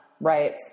Right